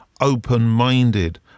open-minded